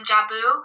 Jabu